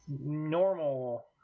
normal